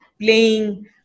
playing